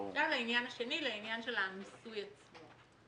עכשיו לעניין השני, לעניין של המיסוי עצמו.